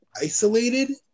isolated